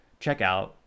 checkout